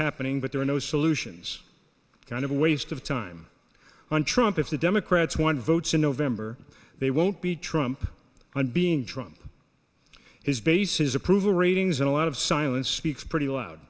happening but there are no solutions kind of a waste of time on trump if the democrats won votes in november they won't be trumped by being drawn his base his approval ratings and a lot of silence speaks pretty loud